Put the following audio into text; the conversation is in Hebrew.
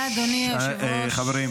היושב-ראש.